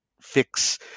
fix